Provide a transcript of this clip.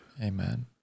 Amen